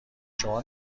شما